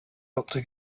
doctor